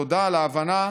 תודה על ההבנה.